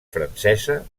francesa